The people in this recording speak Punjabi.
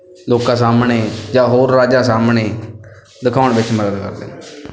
ਲੋਕਾਂ ਸਾਹਮਣੇ ਜਾਂ ਹੋਰ ਰਾਜਾਂ ਸਾਹਮਣੇ ਦਿਖਾਉਣ ਵਿੱਚ ਮਦਦ ਕਰਦੇ ਹਨ